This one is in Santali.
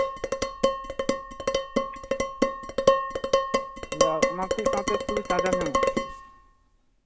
ᱟᱫᱚ ᱚᱱᱟᱠᱚ ᱥᱟᱶᱛᱮ ᱥᱩᱫᱩ ᱪᱟᱨᱡᱟᱨ ᱧᱟᱢᱚᱜᱼᱟ